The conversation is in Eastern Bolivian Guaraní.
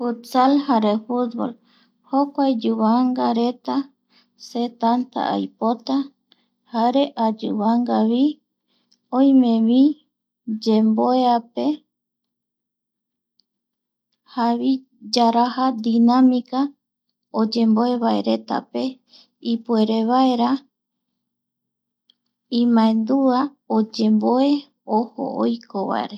Futsal jare futbol, jokua yuvangareta se tanta aipota jare ayuvanga vi oimevi yemboeape (pausa) javi yaraja dinamica oyemboevaeretape ipuerevaera, imbaendua yemboe ojo oiko vaere